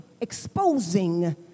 exposing